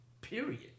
period